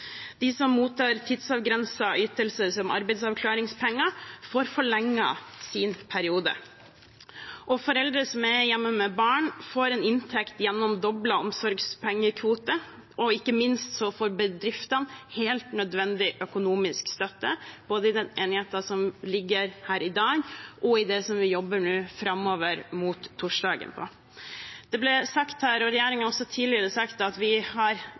De som mottar tidsavgrensede ytelser, som arbeidsavklaringspenger, får forlenget sin periode. Foreldre som er hjemme med barn, får en inntekt gjennom doblet omsorgspengekvote. Ikke minst får bedriftene helt nødvendig økonomisk støtte, både i den enigheten som foreligger her i dag, og i det som vi jobber med fram til torsdag. Det ble sagt her – og regjeringen har også sagt det tidligere – at vi har